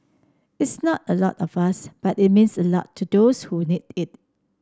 it's not a lot of us but it means a lot to those who need it